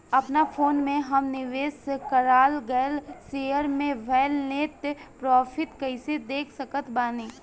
अपना फोन मे हम निवेश कराल गएल शेयर मे भएल नेट प्रॉफ़िट कइसे देख सकत बानी?